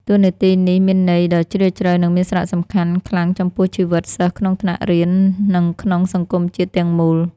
តួនាទីនេះមានន័យដ៏ជ្រាលជ្រៅ និងមានសារៈសំខាន់ខ្លាំងចំពោះជីវិតសិស្សក្នុងថ្នាក់រៀន និងក្នុងសង្គមជាតិទាំងមូល។